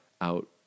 out